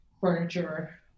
furniture